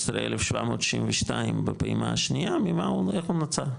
ל-15,762 בפעימה השנייה, ממה איך הוא נוצר?